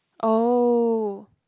oh